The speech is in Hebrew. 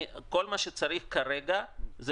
כל מה שצריך כרגע זה